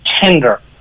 tender